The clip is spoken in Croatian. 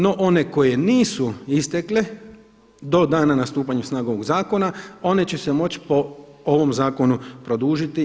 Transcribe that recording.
No, one koje nisu istekle do dana stupanja na snagu ovoga zakona one će se moći po ovom Zakonu produžiti.